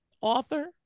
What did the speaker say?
author